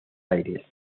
aires